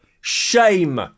Shame